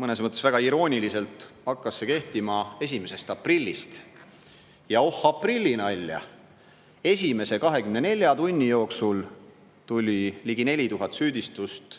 mõnes mõttes väga iroonilisel kombel hakkas see kehtima 1. aprillil. Ja oh aprillinalja, esimese 24 tunni jooksul tuli ligi 4000 süüdistust